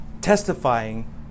testifying